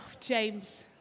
James